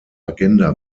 agenda